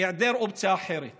בהיעדר אופציה אחרת